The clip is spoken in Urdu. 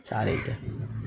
ساڑھے دس